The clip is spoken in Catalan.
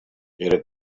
era